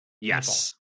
yes